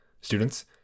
Students